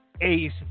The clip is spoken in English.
ACE